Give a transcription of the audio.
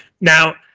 now